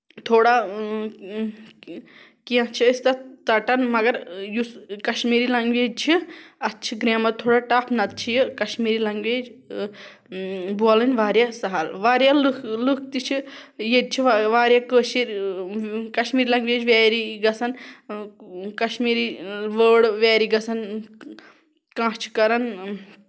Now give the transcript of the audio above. تھوڑا کیٚنہہ چھِ أسۍ تَتھ ژٹان مَگر یُس کَشمیٖری لینگویج چھِ اَتھ چھِ گریمَر تھوڑا ٹپھ نہ تہٕ چھُ یہِ کَشمیٖری لینگویج بولٕنۍ واریاہ سَہل واریاہ لُکھ لُکھ تہِ چھِ ییٚتہِ چھِ واریاہ کٲشِر کَشمیر لینگویج ویری گژھان کَشمیٖری وٲڑ ویری گژھان کانہہ چھُ کران